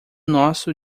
nosso